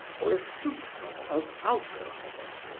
or a soupcon of alcohol?